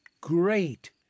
great